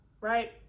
right